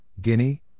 Guinea